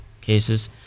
cases